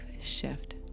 shift